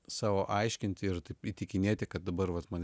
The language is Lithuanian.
sau aiškinti ir taip įtikinėti kad dabar vat man